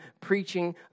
preaching